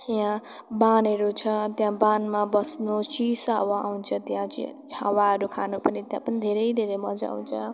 यहाँ बाँधहरू छ त्यहाँ बाँधमा बस्नु चिसो हावा आउँछ त्यहाँ चाहिँ हावाहरू खानु पनि त्यहाँ पनि धेरै धेरै मजा आउँछ